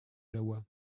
jahoua